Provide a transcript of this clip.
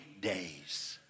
days